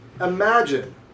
imagine